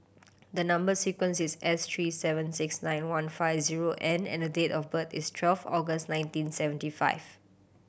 the number sequence is S three seven six nine one five zero N and the date of birth is twelve August nineteen seventy five